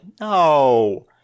no